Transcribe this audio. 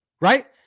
right